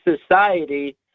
society